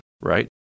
right